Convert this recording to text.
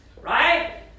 right